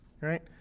right